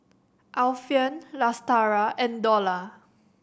Alfian Lestari and Dollah